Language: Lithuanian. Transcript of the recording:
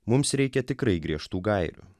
mums reikia tikrai griežtų gairių